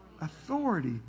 authority